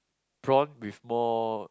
prawn with more